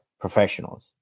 professionals